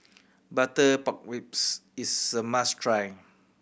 butter pork ribs is a must try